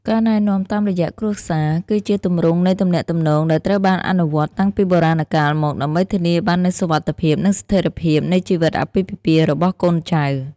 ការណែនាំតាមរយៈគ្រួសារគឺជាទម្រង់នៃទំនាក់ទំនង ដែលត្រូវបានអនុវត្តតាំងពីបុរាណកាលមក ដើម្បីធានាបាននូវសុវត្ថិភាព និងស្ថិរភាពនៃជីវិតអាពាហ៍ពិពាហ៍របស់កូនចៅ។